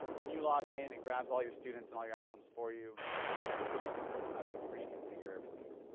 when you login, it grabs all your students and all your outcomes for you. you don't have to reconfigure everything.